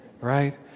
right